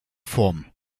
formen